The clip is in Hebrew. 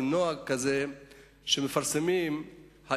מין נוהג כזה שמפרסמים הארגונים,